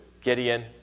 Gideon